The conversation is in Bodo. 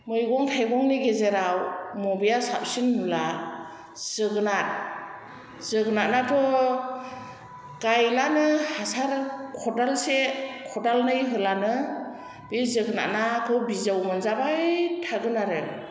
मैगं थायगंनि गेजेराव बबेया साबसिन होनब्ला जोगोनार जोगोनारआथ' गायब्लानो हासार खदालसे खदालनै होब्लानो बे जोगोनारखौ बिजौ मोनजाबाय थागोन आरो